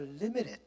limited